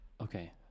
Okay